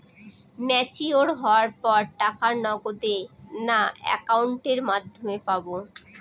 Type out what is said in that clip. Mature হওয়ার পর টাকা নগদে না অ্যাকাউন্টের মাধ্যমে পাবো?